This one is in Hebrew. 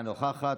אינה נוכחת.